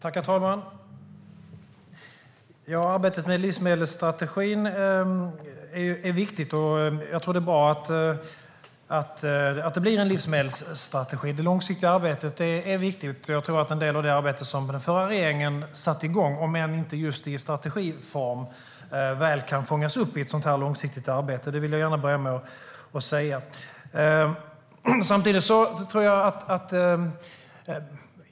Herr talman! Arbetet med livsmedelsstrategin är viktigt, och det är bra att det blir en strategi. Det långsiktiga arbetet är viktigt. Jag tror att en del av det arbete som den förra regeringen satte igång, om än inte just i strategiform, kan fångas upp väl i ett sådant långsiktigt arbete. Det vill jag gärna börja med att säga.